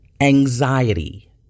anxiety